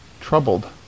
troubled